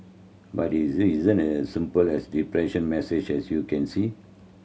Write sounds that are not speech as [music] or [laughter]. but it [unintelligible] isn't as simple as [unintelligible] message as you can see